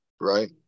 right